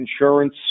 insurance